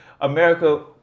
America